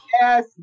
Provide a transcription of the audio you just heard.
yes